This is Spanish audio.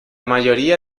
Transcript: mayoría